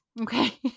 Okay